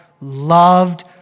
loved